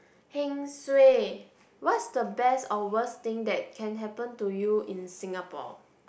heng suay what's the best or worst thing that can happen to you in Singapore